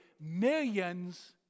millions